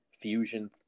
fusion